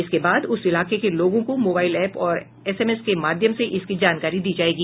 इसके बाद उस इलाके के लोगों को मोबाइल एप्प और एसएमएस के माध्यम से इसकी जानकारी दी जायेगी